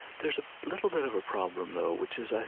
there's a little bit of a problem, though, which is,